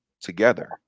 together